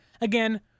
Again